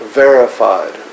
verified